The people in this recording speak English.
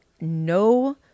no